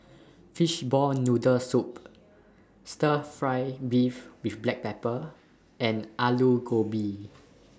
Fishball Noodle Soup Stir Fry Beef with Black Pepper and Aloo Gobi